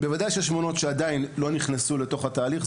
בוודאי שיש מעונות שעדיין לא נכנסו לתוך התהליך,